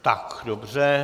Tak dobře.